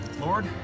Lord